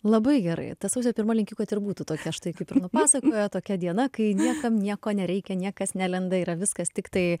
labai gerai ta sausio pirma linkiu kad ir būtų tokia štai kaip ir nupasakojo tokia diena kai niekam nieko nereikia niekas nelenda yra viskas tiktai